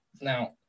Now